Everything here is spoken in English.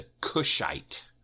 Cushite